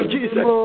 Jesus